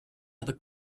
other